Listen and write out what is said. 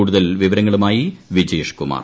കൂടുതൽ വിവരങ്ങളുമായി വിജേഷ്കുമാർ